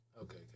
okay